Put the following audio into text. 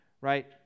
right